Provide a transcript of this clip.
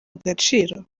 agaciro